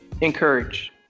encourage